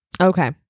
Okay